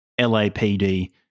LAPD